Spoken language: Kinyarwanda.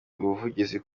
ubuvugizi